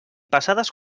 pesades